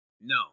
No